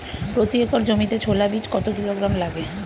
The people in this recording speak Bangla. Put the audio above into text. প্রতি একর জমিতে ছোলা বীজ কত কিলোগ্রাম লাগে?